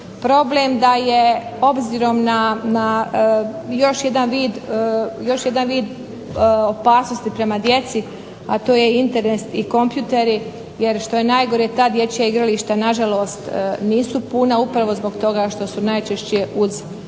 problem da je obzirom na još vid opasnosti prema djeci, a to je Internet i kompjuteri jer što je najgore ta dječja igrališta nažalost nisu puna upravo zbog toga što su najčešće uz